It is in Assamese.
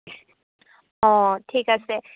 অঁ ঠিক আছে